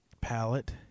palette